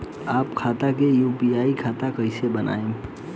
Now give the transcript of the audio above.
आपन खाता के यू.पी.आई खाता कईसे बनाएम?